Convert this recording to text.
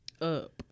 up